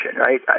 right